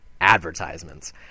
Advertisements